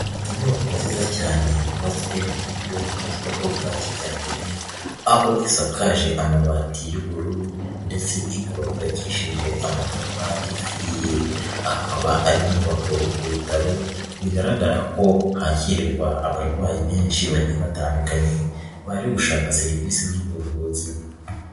Inyubako nziza cyane yubatswe mu buryo bugezweho bwa kijyambere aho isakaje amabati y'ubururu ndetse ikaba yubakishije amatafari ahiye, akaba ari inyubako yo ku bitaro bigaragara ko hakirirwa abarwayi benshi bagiye batandukanye baje gushaka serivisi z'ubuvuzi.